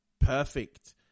perfect